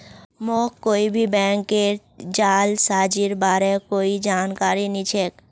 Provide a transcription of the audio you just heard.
मोके कोई भी बैंकेर जालसाजीर बार कोई जानकारी नइ छेक